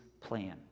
plan